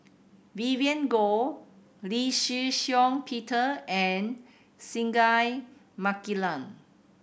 Vivien Goh Lee Shih Shiong Peter and Singai Mukilan